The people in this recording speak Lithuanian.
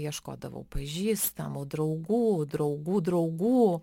ieškodavau pažįstamų draugų draugų draugų